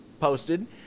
posted